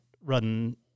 run